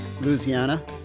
Louisiana